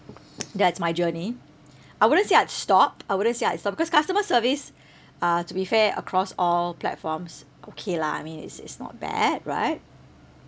that's my journey I wouldn't say I'd stopped I wouldn't say I'd stopped because customer service uh to be fair across all platforms okay lah I mean is is not bad right